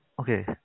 Okay